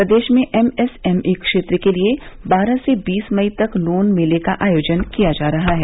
प्रदेश में एमएसएमई क्षेत्र के लिए बारह से बीस मई तक लोन मेले का आयोजन किया जा रहा है